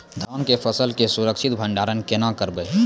धान के फसल के सुरक्षित भंडारण केना करबै?